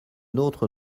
nôtre